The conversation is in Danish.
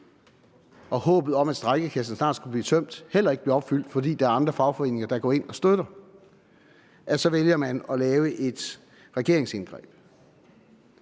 håbet om, at strejkekassen snart skulle blive tømt, heller ikke blev opfyldt, fordi der var andre fagforeninger, der gik ind og støttede. Jeg er sådan set med på, at det